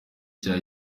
cya